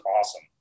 awesome